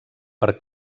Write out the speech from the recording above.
per